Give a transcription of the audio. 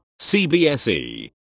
CBSE